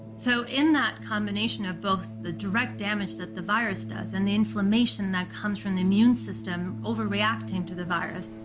so in that combination of both the direct damage that the virus does and the inflammation that comes from the immune system overreacting to the virus,